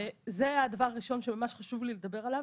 זה הדבר הראשון שממש חשוב לי לדבר עליו: